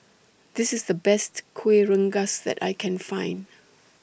This IS The Best Kuih Rengas that I Can Find